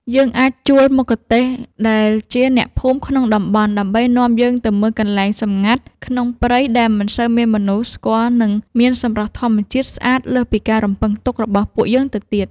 យើងអាចជួលមគ្គុទ្ទេសក៍ដែលជាអ្នកភូមិក្នុងតំបន់ដើម្បីនាំយើងទៅមើលកន្លែងសម្ងាត់ក្នុងព្រៃដែលមិនសូវមានមនុស្សស្គាល់ និង មានសម្រស់ធម្មជាតិស្អាតលើសពីការរំពឹងទុករបស់ពួកយើងទៅទៀត។